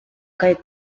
kandi